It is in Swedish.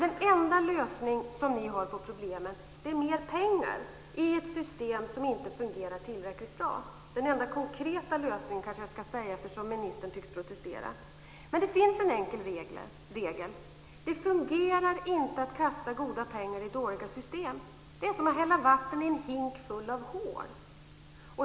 Den enda lösning som ni har på problemen är mer pengar i ett system som inte fungerar tillräckligt bra. Jag ska kanske säga "den enda konkreta lösningen" eftersom ministern tycks protestera. Men det finns en enkel regel: Det fungerar inte att kasta goda pengar i dåliga system. Det är som att hälla vatten i en hink full av hål.